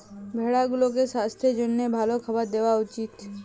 ভেড়া গুলাকে সাস্থের জ্যনহে ভাল খাবার দিঁয়া উচিত